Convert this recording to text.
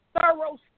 thorough